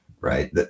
right